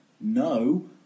No